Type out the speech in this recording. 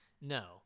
No